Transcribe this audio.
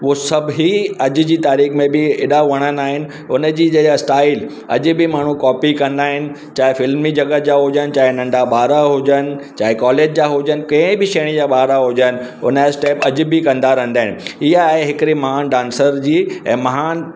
उहो सभु ई अॼु जी तारीख़ में बि एॾा वणंदा आहिनि उनजी जेका स्टाइल अॼु बि माण्हू कॉपी कंदा आहिनि चाहे फ़िल्मी जॻत जा हुजनि चाहे नंढा ॿार हुजनि चाहे कॉलेज जा हुजनि के बि श्रेणी जा ॿार हुजनि उनजा स्टैप अॼु बि कंदा रहंदा आहिनि इहा आहे हिकिड़े मां डांसर जी ऐं महान